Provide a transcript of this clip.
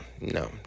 No